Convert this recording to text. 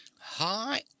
hi